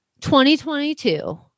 2022